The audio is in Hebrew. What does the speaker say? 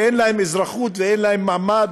שאין להם אזרחות ואין להם מעמד,